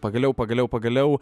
pagaliau pagaliau pagaliau